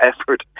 effort